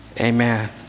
Amen